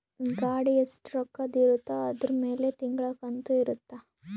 ಗಾಡಿ ಎಸ್ಟ ರೊಕ್ಕದ್ ಇರುತ್ತ ಅದುರ್ ಮೇಲೆ ತಿಂಗಳ ಕಂತು ಇರುತ್ತ